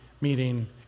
meeting